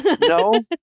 No